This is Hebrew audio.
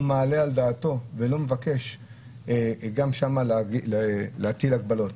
מעלה על דעתו ולא מבקש גם שם להטיל הגבלות.